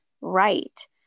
right